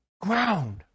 ground